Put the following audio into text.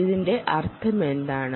ഇതിന്റെ അർത്ഥമെന്താണ്